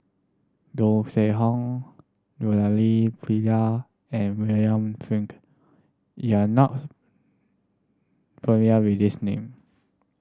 Goh Seng Hong Murali Pillai and William Flint you are not familiar with these name